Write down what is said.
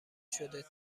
شده